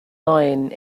lying